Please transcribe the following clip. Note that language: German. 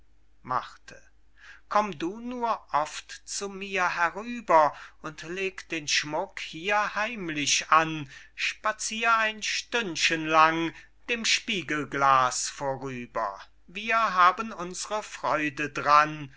komm du nur oft zu mir herüber und leg den schmuck hier heimlich an spazier ein stündchen lang dem spiegelglas vorüber wir haben unsre freude dran